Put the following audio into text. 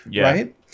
right